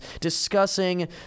discussing